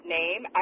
name